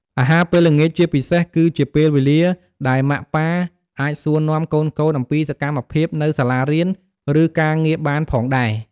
អាហារពេលល្ងាចជាពិសេស គឺជាពេលវេលាដែលម៉ាក់ប៉ាអាចសួរនាំកូនៗអំពីសកម្មភាពនៅសាលារៀន ឬការងារបានផងដែរ។